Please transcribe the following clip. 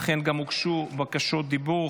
הוגשו גם בקשות דיבור.